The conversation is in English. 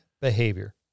behavior